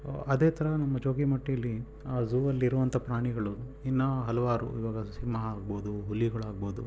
ಅದೇ ಥರ ನಮ್ಮ ಜೋಗಿಮಟ್ಟೀಲಿ ಆ ಝೂ ಅಲ್ಲಿರುವಂಥ ಪ್ರಾಣಿಗಳು ಇನ್ನೂ ಹಲವಾರು ಇವಾಗ ಸಿಂಹ ಆಗ್ಬೋದು ಹುಲಿಗಳಾಗ್ಬೋದು